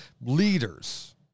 leaders